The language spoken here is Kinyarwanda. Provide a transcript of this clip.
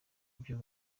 ibyo